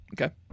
okay